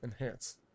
Enhance